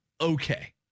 Okay